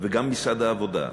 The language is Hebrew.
וגם משרד העבודה,